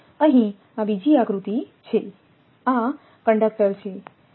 અહીં આ બીજી આકૃતિ છે આ કંડક્ટર છે